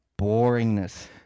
boringness